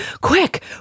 Quick